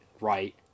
right